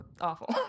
awful